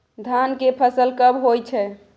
धान के फसल कब होय छै?